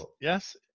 Yes